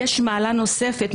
יש מעלה נוספת.